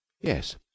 Yes